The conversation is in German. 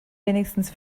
wenigstens